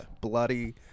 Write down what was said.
bloody